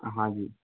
हाँ जी